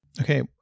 Okay